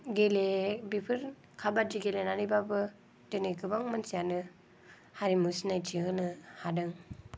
गेले बेफोर खाबाद्दि गेलेनानैबाबो दिनै गोबां मानसियानो हारिमु सिनायथि होनो हादों